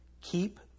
Keep